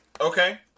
Okay